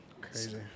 Crazy